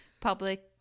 public